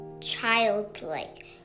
childlike